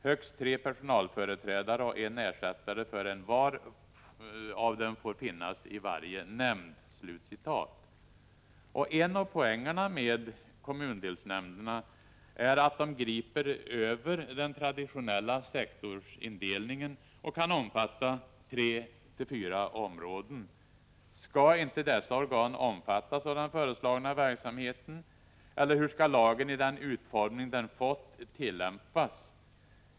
Högst tre personalföreträdare och en ersättare för envar av dem får finnas i varje nämnd.” En av poängerna med kommundelsnämnderna är att de griper över den traditionella sektorsindelningen och kan omfatta tre eller fyra områden. Skall inte dessa organ omfattas av den föreslagna verksamheten? Eller hur skall lagen i den utformning den fått tillämpas?